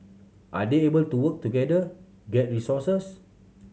are they able to work together get resources